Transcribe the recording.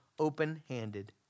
open-handed